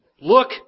look